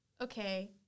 okay